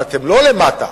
אבל אתם לא למטה,